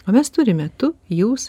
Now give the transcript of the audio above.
o mes turime tu jūs